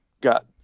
got